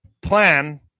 plan